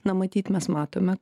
na matyt mes matome